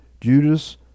Judas